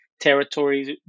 territories